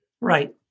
right